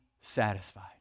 satisfied